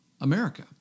America